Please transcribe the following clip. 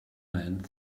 man